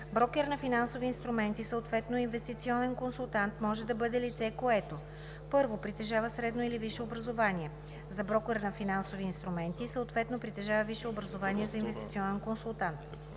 Брокер на финансови инструменти, съответно инвестиционен консултант, може да бъде лице, което: 1. притежава средно или висше образование – за брокер на финансови инструменти, съответно притежава висше образование – за инвестиционен консултант;